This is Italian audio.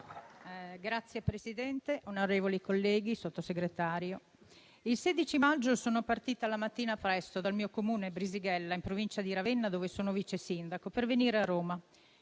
Signor Presidente, onorevoli colleghi, signor Sottosegretario, il 16 maggio sono partita la mattina presto dal mio Comune, Brisighella, in provincia di Ravenna, dove sono vice sindaco, per venire a Roma.